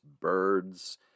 birds